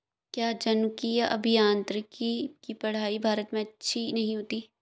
क्या जनुकीय अभियांत्रिकी की पढ़ाई भारत में अच्छी नहीं होती?